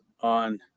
on